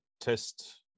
test